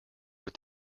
with